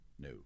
No